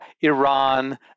Iran